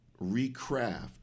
recraft